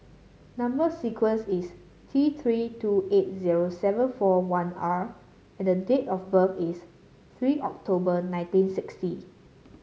number sequence is T Three two eight zero seven four one R and date of birth is three October nineteen sixty